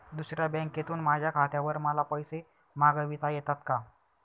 दुसऱ्या बँकेतून माझ्या खात्यावर मला पैसे मागविता येतात का?